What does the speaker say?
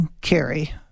carry